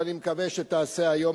ואני מקווה שתעשה היום,